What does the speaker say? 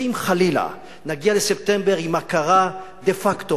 אם חלילה נגיע לספטמבר עם הכרה דה-פקטו